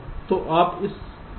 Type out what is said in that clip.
यह स्कीमेटिक है